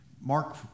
Mark